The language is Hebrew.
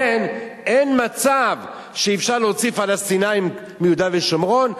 ולכן אין מצב שאפשר להוציא פלסטינים מיהודה ושומרון,